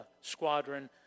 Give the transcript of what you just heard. squadron